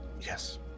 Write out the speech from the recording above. yes